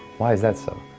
why is that so?